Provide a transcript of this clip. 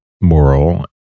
moral